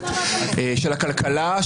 של הכלכלה,